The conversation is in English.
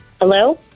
Hello